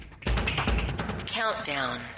Countdown